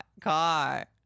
car